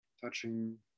touching